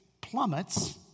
plummets